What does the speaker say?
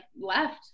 left